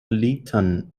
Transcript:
leyton